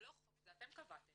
זה לא חוק, זה אתם קבעתם.